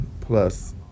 plus